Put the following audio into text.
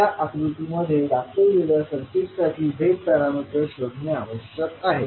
या आकृतीमध्ये दाखवलेल्या सर्किटसाठी Z पॅरामीटर्स शोधणे आवश्यक आहे